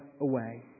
away